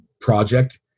project